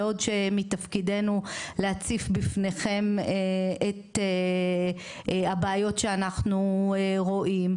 בעוד שמתפקידנו להציף בפניכם את הבעיות שאנחנו רואים,